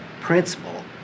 principle